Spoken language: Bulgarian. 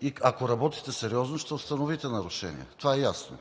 и ако работите сериозно, ще установите нарушенията, това е ясно.